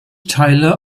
teile